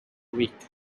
week